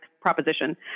proposition